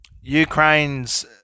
Ukraine's